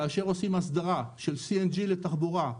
כאשר עושים הסדר של CIG לתחבורה,